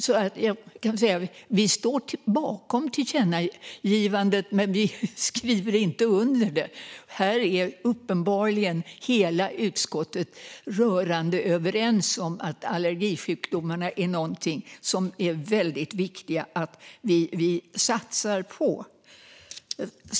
Jag kan väl säga att vi står bakom tillkännagivandet, men vi skriver inte under det. Utskottet är uppenbarligen rörande överens om att allergisjukdomarna är någonting som det är väldigt viktigt att vi satsar på.